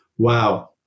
Wow